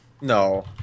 No